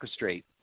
orchestrate